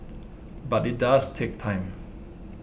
but it does take time